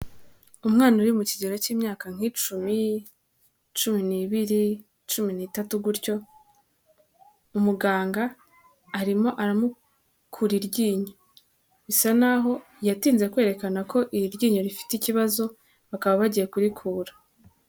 Umwana uri mu kigero cy'imyaka nk'icumi, cumi n'ibiri, cumi n'itatu gutyo, umuganga arimo aramukura iryinyo, bisa n'aho yatinze kwerekana ko iri ryinyo rifite ikibazo bakaba bagiye kurikura.